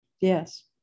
Yes